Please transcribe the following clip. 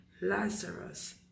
Lazarus